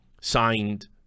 signed